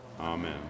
Amen